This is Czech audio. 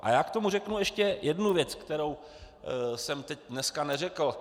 A já k tomu řeknu ještě jednu věc, kterou jsem teď dneska neřekl.